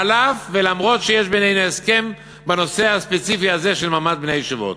אף שיש בינינו הסכם בנושא הספציפי הזה של מעמד בני ישיבות.